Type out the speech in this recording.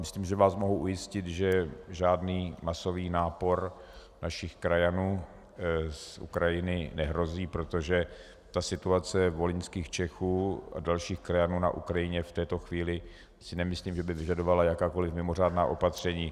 Myslím, že vás mohu ujistit, že žádný masový nápor našich krajanů z Ukrajiny nehrozí, protože situace volyňských Čechů a dalších krajanů na Ukrajině v této chvíli si nemyslím, že by vyžadovala jakákoli mimořádná opatření.